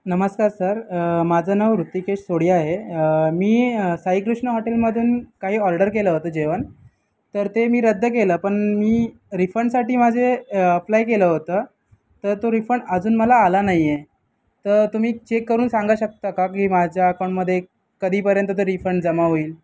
नमस्कार सर माझं नाव रुत्तिकेश सोडी आहे मी साईकृष्ण हॉटेलमधून काही ऑर्डर केलं होतं जेवण तर ते मी रद्द केलं पण मी रिफंडसाठी माझे अप्लाय केलं होतं तर तो रिफंड अजून मला आला नाही आहे तर तुम्ही चेक करून सांगा शकता का की माझ्या अकाऊंटमध्ये कधीपर्यंत तो रिफंड जमा होईल